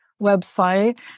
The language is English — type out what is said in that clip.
website